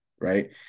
right